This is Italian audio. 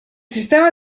sistema